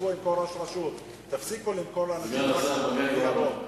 ישבו עם כל רשות, תפסיקו למכור לנו, עם כל הכבוד.